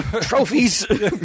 trophies